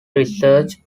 research